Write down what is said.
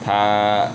他